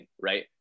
right